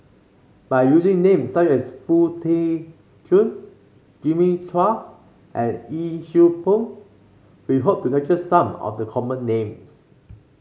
by using names such as Foo Tee Jun Jimmy Chua and Yee Siew Pun we hope to capture some of the common names